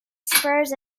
spurs